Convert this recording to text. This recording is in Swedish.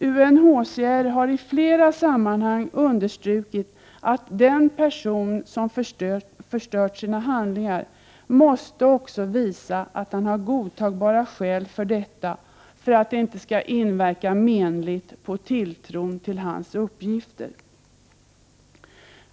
UNHCR har i flera sammanhang understrukit att den person som har förstört sina handlingar också måste visa att han har godtagbara skäl för detta för att det inte skall inverka menligt på tilltron till hans uppgifter.